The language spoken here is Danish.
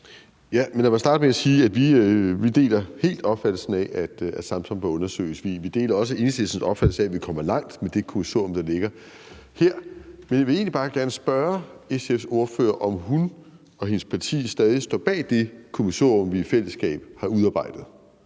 Lad mig starte med at sige, at vi helt deler opfattelsen af, at Samsam bør undersøges, og vi deler også Enhedslistens opfattelse af, at vi kommer langt med det kommissorium, der ligger her. Jeg vil egentlig bare gerne spørge SF's ordfører, om hun og hendes parti stadig står bag det kommissorium, vi i fællesskab har udarbejdet,